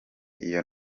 iyo